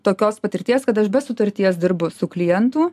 tokios patirties kad aš be sutarties dirbu su klientu